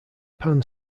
pan